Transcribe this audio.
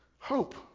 Hope